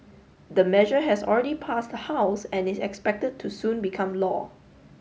the measure has already passed the house and is expected to soon become law